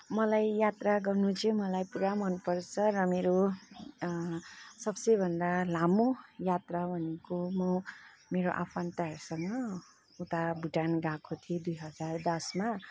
मलाई यात्रा गर्नु चाहिँ मलाई पुरा मनपर्छ र मेरो सबसे भन्दा लामो यात्रा भनेको हो मेरो आफन्तहरूसँग उता भुटान गएको थिएँ दुई हजार दसमा